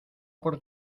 por